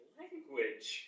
language